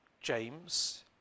James